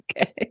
Okay